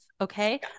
Okay